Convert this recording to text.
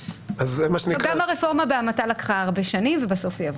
גם הרפורמה בהמתה לקחה הרבה שנים ובסוף היא עברה.